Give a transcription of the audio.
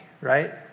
right